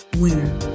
winner